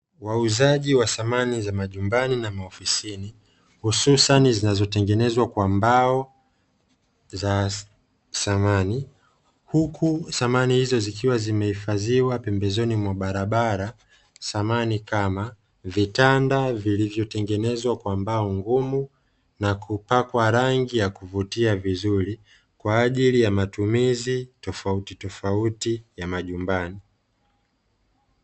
Wauzaji wa samani za majumbani na maofisini hususani zinazotengenezwa kwa mbao za samani, huku samani hizo zikiwa zimehifadhiwa pembezoni mwa barabara; samahani kama vitanda vilivyotengenezwa kwa mbao ngumu na kupakwa rangi ya kuvutia vizuri, kwa ajili ya matumizi tofautitofauti ya majumbani.